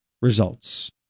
results